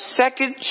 second